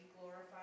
glorified